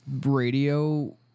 Radio